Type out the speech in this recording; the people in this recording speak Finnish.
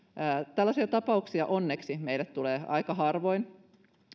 tällaisia tapauksia meille tulee onneksi aika harvoin